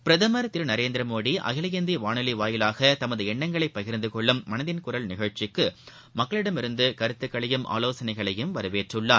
பிரதுர் திரு நரேந்திர மோடி அகில இந்திய வானொலி வாயிலாக தமது எண்ணங்களைப் பகிர்ந்து கொள்ளும் மனதின் குரல் நிகழ்ச்சிக்கு மக்களிடமிருந்து கருத்துக்களையும் ஆலோசனைகளையும் வரவேற்றுள்ளார்